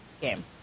game